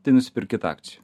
tai nusipirkit akcijų